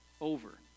over